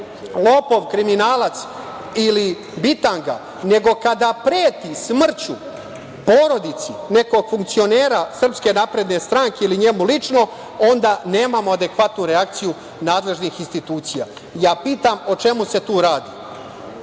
lopov, kriminalac ili bitanga, nego kada preti smrću porodici nekog funkcionera SNS ili njemu lično, onda nemamo adekvatnu reakciju nadležnih institucija. Pitam, o čemu se tu